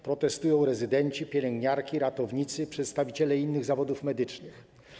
Protestują rezydenci, pielęgniarki, ratownicy, przedstawiciele innych zawodów medycznych.